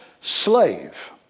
slave